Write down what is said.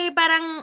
parang